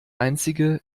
einzige